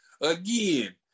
Again